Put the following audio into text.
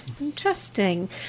interesting